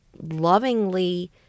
lovingly